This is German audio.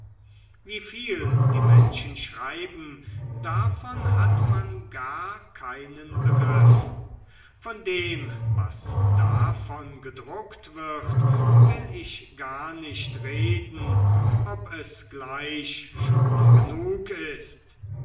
viel die menschen schreiben davon hat man gar keinen begriff von dem was davon gedruckt wird will ich gar nicht reden ob es gleich schon genug ist